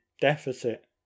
deficit